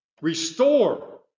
Restore